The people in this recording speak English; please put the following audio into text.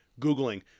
Googling